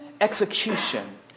execution